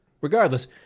Regardless